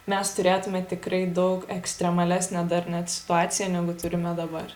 mes turėtume tikrai daug ekstremalesnę dar net situaciją negu turime dabar